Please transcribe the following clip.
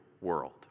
world